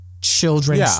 children